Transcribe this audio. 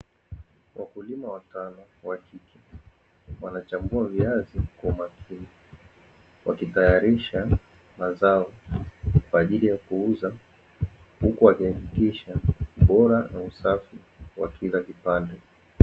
Wakulima watano wa kike wanachambua viazi kwa umakini, wakitaharisha mazao kwa ajili ya kuuza, huku wakihakikisha ubora na usafi wa kila kipande.